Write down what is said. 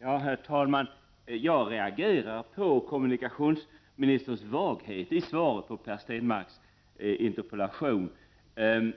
Herr talman! Jag reagerar på kommunikationsministerns vaghet i svaret på Per Stenmarcks interpellation.